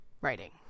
writing